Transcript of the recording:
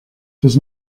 does